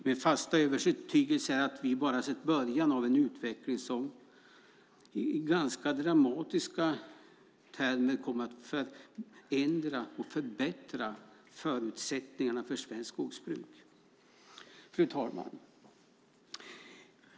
Min fasta övertygelse är att vi bara sett början av en utveckling som ganska drastiskt kommer att förändra och förbättra förutsättningarna för svenskt skogsbruk. Fru talman!